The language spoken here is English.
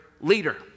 leader